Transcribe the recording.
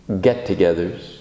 get-togethers